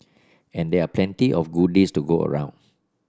and there are plenty of goodies to go around